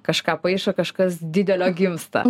kažką paišo kažkas didelio gimsta